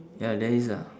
ya there is ah